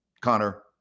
Connor